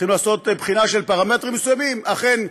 צריכים לעשות בחינה של פרמטרים מסוימים אכן,